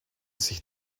sich